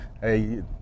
hey